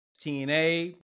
TNA